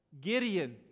Gideon